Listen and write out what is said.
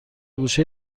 گوشه